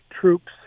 troops